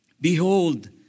Behold